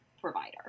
provider